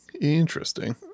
Interesting